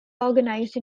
organized